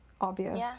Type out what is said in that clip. obvious